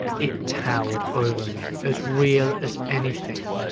it towered over me, as real as anything,